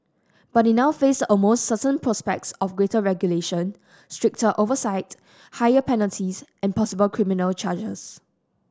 but they now face almost certain prospect of greater regulation stricter oversight higher penalties and possible criminal charges